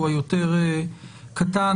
הוא היותר קטן,